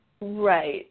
Right